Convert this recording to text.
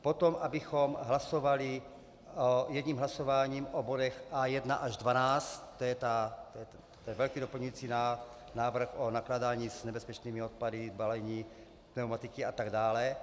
Potom abychom hlasovali jedním hlasováním o bodech A1 až A12, to je velký doplňující návrh o nakládání s nebezpečnými odpady, balení, pneumatiky a tak dále.